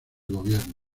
gobierno